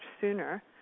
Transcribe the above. sooner